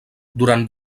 durant